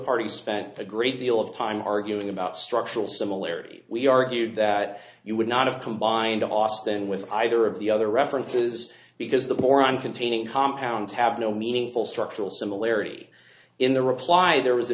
parties spent a great deal of time arguing about structural similarity we argued that you would not have combined austin with either of the other references because the more on containing compounds have no meaningful structural similarity in the reply there was a